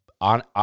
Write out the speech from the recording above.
on